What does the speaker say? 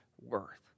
worth